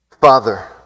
Father